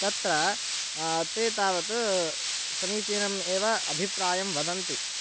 तत्र ते तावत् समीचीनम् एव अभिप्रायं वदन्ति